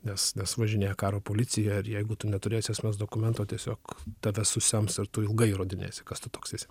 nes nes važinėja karo policija ir jeigu tu neturėsi asmens dokumento tiesiog tave susems ir tu ilgai įrodinėsi kas tu toks esi